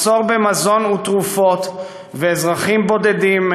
מחסור במזון ובתרופות ואזרחים בודדים,